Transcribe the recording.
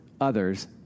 others